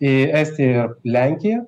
į estiją ir lenkiją